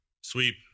Sweep